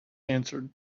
answered